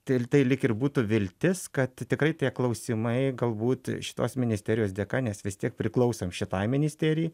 tai l tai lyg ir būtų viltis kad tikrai tie klausimai galbūt šitos ministerijos dėka nes vis tiek priklausom šitai ministerijai